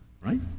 right